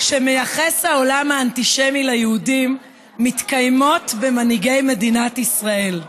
שמייחס העולם האנטישמי ליהודים מתקיימות במנהיגי מדינת ישראל: